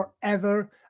forever